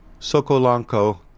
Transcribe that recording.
sokolanko